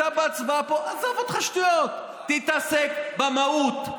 אתה בהצבעה פה, עזוב אותך שטויות, תתעסק במהות.